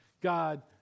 God